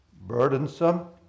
burdensome